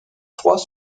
trois